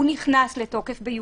הוא נכנס לתוקף ביולי,